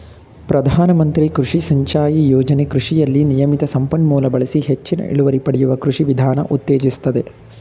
ಪ್ರಧಾನಮಂತ್ರಿ ಕೃಷಿ ಸಿಂಚಾಯಿ ಯೋಜನೆ ಕೃಷಿಯಲ್ಲಿ ನಿಯಮಿತ ಸಂಪನ್ಮೂಲ ಬಳಸಿ ಹೆಚ್ಚಿನ ಇಳುವರಿ ಪಡೆಯುವ ಕೃಷಿ ವಿಧಾನ ಉತ್ತೇಜಿಸ್ತದೆ